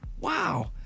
wow